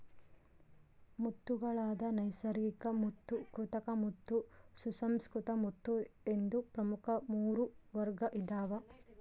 ಮುತ್ತುಗುಳಾಗ ನೈಸರ್ಗಿಕಮುತ್ತು ಕೃತಕಮುತ್ತು ಸುಸಂಸ್ಕೃತ ಮುತ್ತು ಎಂದು ಪ್ರಮುಖ ಮೂರು ವರ್ಗ ಇದಾವ